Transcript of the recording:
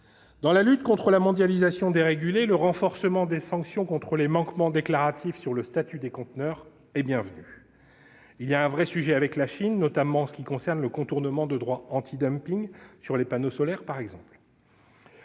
Dans la lutte contre la mondialisation dérégulée, le renforcement des sanctions contre les manquements déclaratifs sur le statut des conteneurs est bienvenu. Il y a un vrai sujet avec la Chine, notamment en ce qui concerne le contournement de droits antidumping, sur les panneaux solaires par exemple.